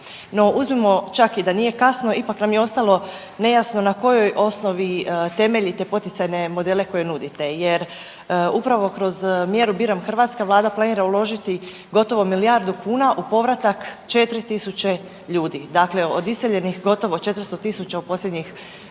uzmimo čak i da nije kasno ipak nam je ostalo nejasno na kojoj osnovi temeljite poticajne modele koje nudite jer upravo kroz mjeru „Biram Hrvatsku“ Vlada planira uložiti gotovo milijardu kuna u povratak 4.000 ljudi, dakle od iseljenih gotovo 400.000 u posljednjih